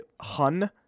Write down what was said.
Hun